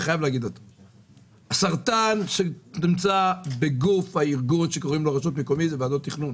הסרטן שנמצא בגוף הרשויות המקומיות הוא ועדות התכנון.